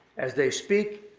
as they speak,